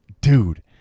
Dude